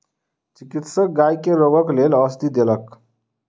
चिकित्सक गाय के रोगक लेल औषधि देलक